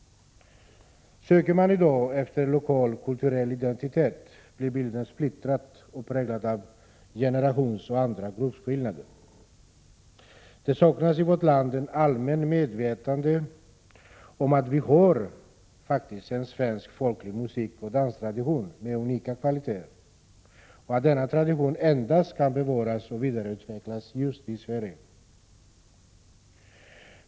Söker man i dag efter lokal kulturell identitet blir bilden splittrad och präglad av generationsskillnader och andra gruppskillnader. Det saknas i vårt land ett allmänt medvetande om att vi har en svensk folklig musikoch danstradition med unika kvaliteter och att denna tradition endast kan bevaras och vidareutvecklas just i Sverige.